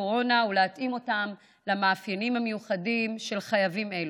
הקורונה ולהתאים אותם למאפיינים המיוחדים של חייבים אלו.